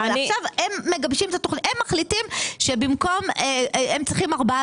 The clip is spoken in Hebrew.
אבל עכשיו הם מחליטים שהם צריכים ארבעה